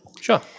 sure